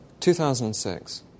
2006